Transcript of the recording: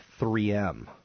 3M